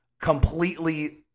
completely